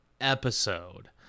episode